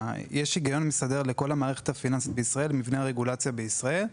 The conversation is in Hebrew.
יש היגיון מסדר לכל המערכת הפיננסית ומבנה הרגולציה בישראל,